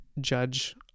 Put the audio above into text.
Judge